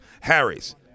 Harry's